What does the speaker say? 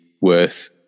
worth